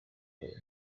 kwitwa